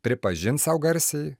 pripažint sau garsiai